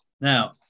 Now